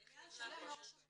בניין שלם לא רשום בטאבו.